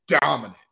dominant